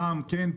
פעם כן,